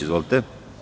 Izvolite.